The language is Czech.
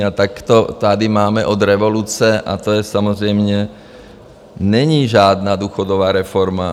A tak to tady máme od revoluce a to samozřejmě není žádná důchodová reforma.